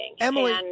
Emily